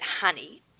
honey